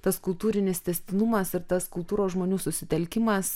tas kultūrinis tęstinumas ir tas kultūros žmonių susitelkimas